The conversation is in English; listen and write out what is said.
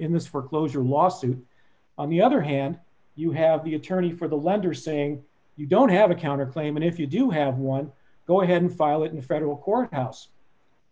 in this foreclosure lawsuit on the other hand you have the attorney for the lender saying you don't have a counter claim and if you do have one go ahead and file it in a federal courthouse